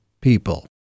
People